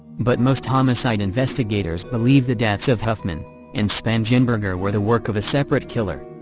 but most homicide investigators believe the deaths of huffman and spangenberger were the work of a separate killer.